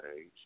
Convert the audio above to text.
age